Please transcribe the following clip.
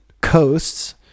coasts